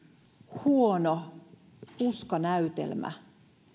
huono puskanäytelmä